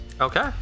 Okay